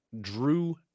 Drew